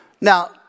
Now